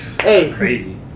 Crazy